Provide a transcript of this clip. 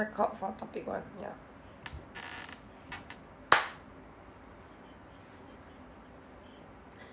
record for topic one ya